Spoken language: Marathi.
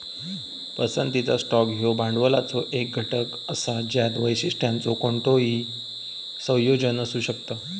पसंतीचा स्टॉक ह्यो भांडवलाचो एक घटक असा ज्यात वैशिष्ट्यांचो कोणताही संयोजन असू शकता